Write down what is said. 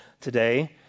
today